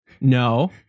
no